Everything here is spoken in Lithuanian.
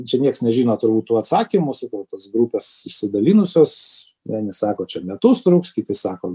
čia nieks nežino turbūt tų atsakymų sakau tos grupės išsidalinusios vieni sako čia metus truks kiti sako